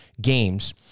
games